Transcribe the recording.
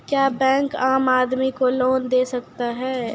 क्या बैंक आम आदमी को लोन दे सकता हैं?